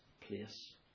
place